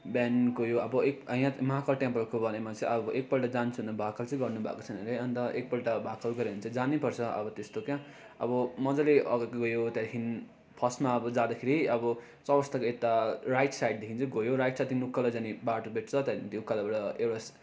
बिहानको यो अब एक यहाँ त महाकाल टेम्पलको बाारेमा चाहिँ अब एकपल्ट जान्छ भनेर भाकल चाहिँ गर्नु भएको छैन अरे अन्त एकपल्ट भाकल गर्यो भने चाहिँ जानैपर्छ अब त्यस्तो क्या अब मज्जाले अब गयो त्यहाँदेखि फर्स्टमा अब जाँदाखेरि अब चौरास्ताको यता राइट साइटदेखि चाहिँ गयो राइटदेखि उकालो जाने बाटो भेट्छ त्यहाँदेखि त्यो उकालोबाट एउटा